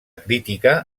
crítica